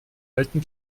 alten